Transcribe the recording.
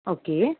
okay